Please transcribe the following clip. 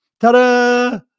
Ta-da